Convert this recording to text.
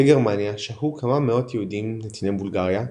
בגרמניה שהו כמה מאות יהודים נתיני בולגריה,